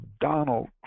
Donald